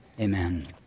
Amen